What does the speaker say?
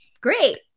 great